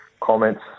comments